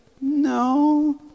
No